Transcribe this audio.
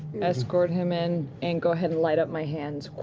escort him in, and go ahead and light up my hands.